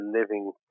living